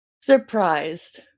surprised